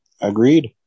Agreed